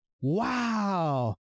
wow